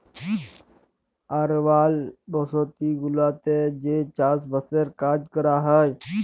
আরবাল বসতি গুলাতে যে চাস বাসের কাজ ক্যরা হ্যয়